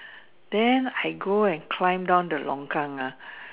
then I go and climb down the longkang ah